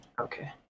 Okay